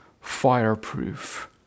fireproof